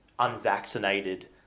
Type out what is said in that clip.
unvaccinated